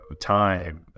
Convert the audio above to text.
time